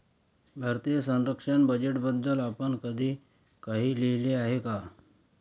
भारतीय संरक्षण बजेटबद्दल आपण कधी काही लिहिले आहे का?